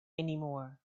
anymore